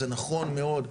זה נכון מאוד לפריפריה,